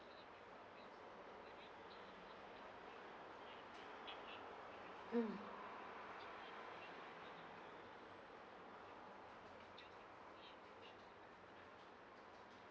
mm